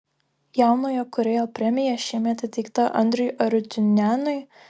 jaunojo kūrėjo premija šiemet įteikta andriui arutiunianui